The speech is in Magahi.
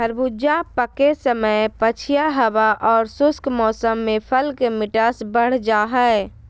खरबूजा पके समय पछिया हवा आर शुष्क मौसम में फल के मिठास बढ़ जा हई